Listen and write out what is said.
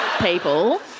people